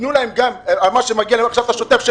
תנו להם מה שמגיע להם עכשיו בשוטף,